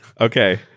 Okay